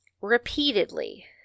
repeatedly